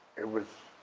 it was,